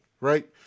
right